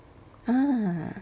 ah